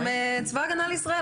אתם צבא הגנה לישראל,